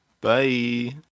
Bye